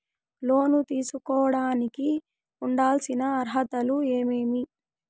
లోను తీసుకోడానికి ఉండాల్సిన అర్హతలు ఏమేమి?